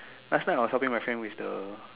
last night I was helping my friend with the